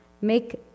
make